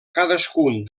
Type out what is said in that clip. cadascun